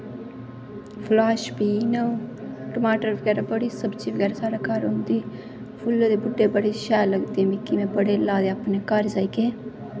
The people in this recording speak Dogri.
फलाशबीन टमाटर बगैरा बड़ी सब्जी साढ़े घर होंदी फुल्लें दे बूह्टे बड़े सैल लगदे मिगी में बड़े लाए ले अपने घर लाए दे